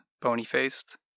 bony-faced